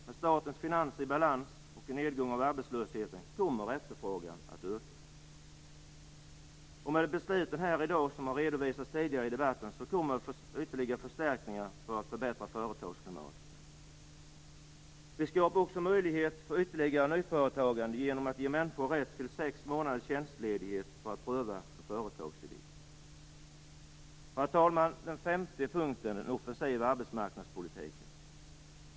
Med statens finanser i balans och en nedgång i arbetslösheten kommer efterfrågan att öka. I och med besluten här i dag, som har redovisats tidigare i debatten, kommer ytterligare förbättringar av företagsklimatet. Vi skapar också möjlighet för ytterligare nyföretagande genom att ge människor rätt till sex månaders tjänstledighet för att pröva en företagsidé. För det femte: Vi har en offensiv arbetsmarknadspolitik.